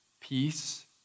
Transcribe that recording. peace